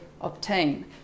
obtain